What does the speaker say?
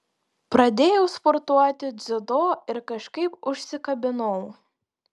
pradėjau sportuoti dziudo ir kažkaip užsikabinau